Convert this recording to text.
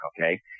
okay